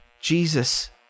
Jesus